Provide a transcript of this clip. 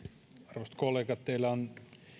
arvoisat kollegat teillä on